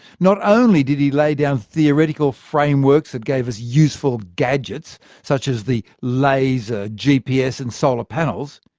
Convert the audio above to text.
not only did he lay down theoretical frameworks that gave us useful gadgets such as the laser, gps and solar panels,